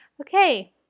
Okay